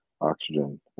oxygen